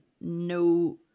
no